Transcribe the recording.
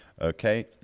okay